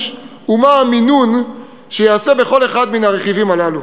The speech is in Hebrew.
ומה המינון שיעשה בכל אחד מן הרכיבים הללו.